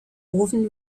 often